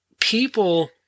people